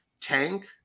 tank